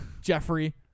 Jeffrey